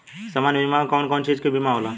सामान्य बीमा में कवन कवन चीज के बीमा होला?